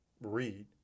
read